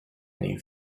new